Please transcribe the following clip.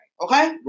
Okay